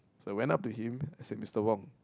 so I went up to him I said Mister wong